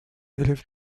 élève